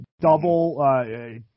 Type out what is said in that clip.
double